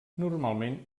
normalment